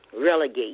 relegate